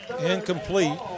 incomplete